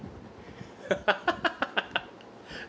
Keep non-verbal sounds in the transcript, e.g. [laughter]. [laughs]